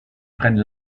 prennent